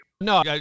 no